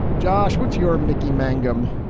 josh, what's your mickey mangum?